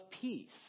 peace